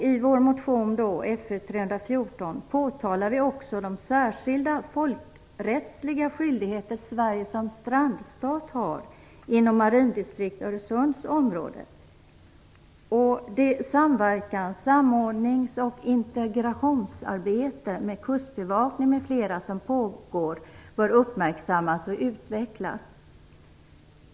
I vår motion Fö314 påtalar vi också de särskilda folkrättsliga skyldigheter Sverige som strandstat har inom marindistrikt Öresunds område. Det samverkans-, samordnings och integrationsarbete med kustbevakning m.fl. som pågår bör uppmärksammas och utvecklas.